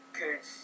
good